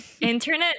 internet